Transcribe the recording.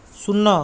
ଶୂନ